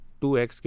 2x